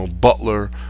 Butler